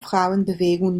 frauenbewegung